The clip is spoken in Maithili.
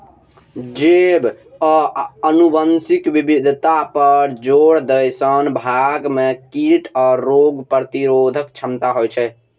जैव आ आनुवंशिक विविधता पर जोर दै सं बाग मे कीट आ रोग प्रतिरोधक क्षमता होइ छै